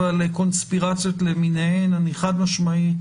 ואני כמובן חד-משמעית